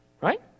right